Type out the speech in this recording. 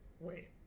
Wait